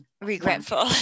regretful